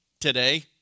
today